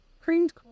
Creamed